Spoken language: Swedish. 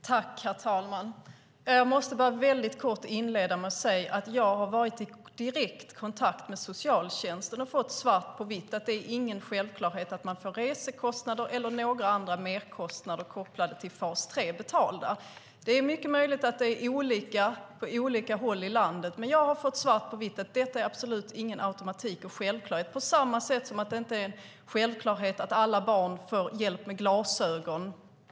Herr talman! Jag måste bara kort inleda med att säga att jag har varit i direkt kontakt med socialtjänsten och fått svart på vitt att det inte är någon självklarhet att man får resekostnader eller några andra merkostnader kopplade till fas 3 betalda. Det är mycket möjligt att det är olika på olika håll i landet, men jag har fått svart på vitt att detta absolut inte är någon automatik och självklarhet på samma sätt som att det inte är en självklarhet att alla barn får hjälp med glasögon.